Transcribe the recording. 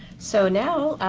so now,